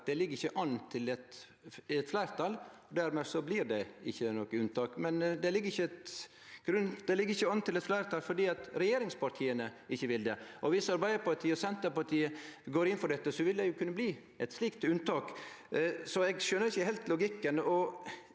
det ikkje ligg an til eit fleirtal, og dermed blir det ikkje noko unntak, men det ligg ikkje an til eit fleirtal fordi regje ringspartia ikkje vil det. Viss Arbeidarpartiet og Senterpartiet går inn for dette, vil det jo kunne bli eit slikt unntak – så eg skjønar ikkje heilt logikken.